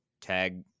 tag